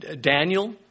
Daniel